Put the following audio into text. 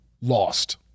lost